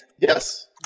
Yes